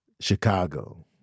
Chicago